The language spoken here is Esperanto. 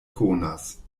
konas